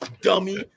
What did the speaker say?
dummy